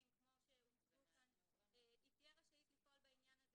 כמו שהוצגו כאן היא תהיה רשאית לפעול בעניין הזה,